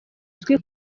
izwi